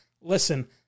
Listen